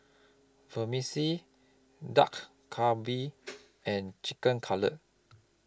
Vermicelli Dak Galbi and Chicken Cutlet